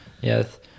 yes